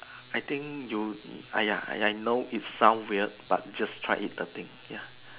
I think you !aiya! I know it sound weird but just try it the thing ya